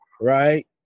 right